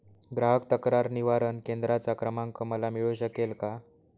ग्राहक तक्रार निवारण केंद्राचा क्रमांक मला मिळू शकेल का?